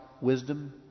wisdom